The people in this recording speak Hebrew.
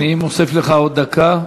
אני מוסיף לך עוד דקה,